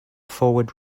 forward